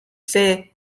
see